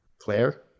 Claire